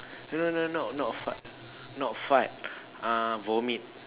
no no no not fart not fart uh vomit